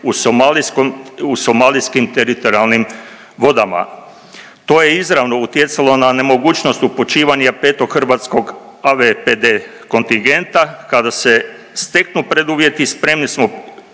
u somalijskim teritorijalnim vodama. To je izravno utjecalo na nemogućnost upućivanja petog hrvatskog AVPD kontingenta kada se steknu preduvjeti spremni smo